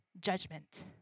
judgment